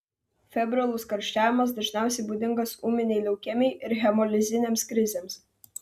febrilus karščiavimas dažniausiai būdingas ūminei leukemijai ir hemolizinėms krizėms